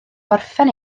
gorffen